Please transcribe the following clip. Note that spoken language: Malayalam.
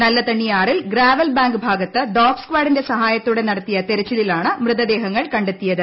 നല്ലതണ്ണി ആറിൽ ഗ്രാവൽ ബാങ്ക് ഭാഗത്ത് ഡോഗ് സ്കാഡിന്റെ സഹായത്തോടെ നടത്തിയ തെരച്ചിലിലിണ് മൃതദേഹങ്ങൾ കണ്ടെത്തിയത്